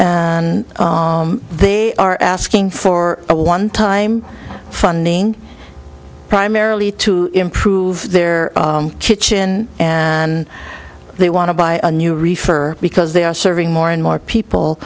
and they are asking for a one time funding primarily to improve their kitchen and they want to buy a new reefer because they are serving more and more people